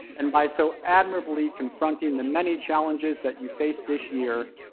and by so admirably confronting the many challenges that you face this year,